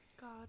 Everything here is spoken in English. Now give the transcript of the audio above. god